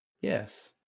Yes